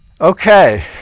Okay